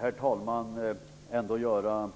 Herr talman! Jag vill göra